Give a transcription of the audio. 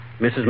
Mrs